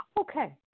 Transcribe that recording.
Okay